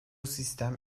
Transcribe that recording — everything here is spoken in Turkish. sistem